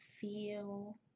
Feel